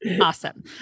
Awesome